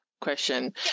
question